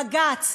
בג"ץ,